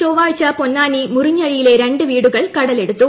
ചൊവ്വാഴ്ച പൊന്നാനി മുറിഞ്ഞഴിയിലെ രണ്ട് വീടുകൾ കടലെടുത്തു